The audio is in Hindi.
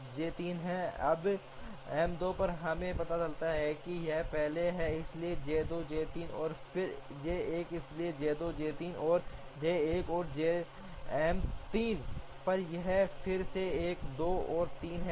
अब M 2 पर हमें पता चलता है कि यह पहले है इसलिए J 2 J 3 और फिर J 1 इसलिए J 2 J 3 और J 1 और M 3 पर यह फिर से 1 2 और 3 है